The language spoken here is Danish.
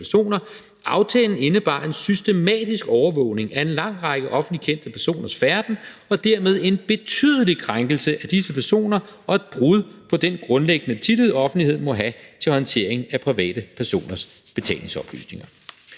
Aftalen indebar en systematisk overvågning af en lang række offentligt kendte personers færden og dermed en betydelig krænkelse af disse personer og et brud på den grundlæggende tillid, offentligheden må have til håndtering af private personers betalingsoplysninger.